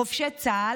חובשי צה"ל,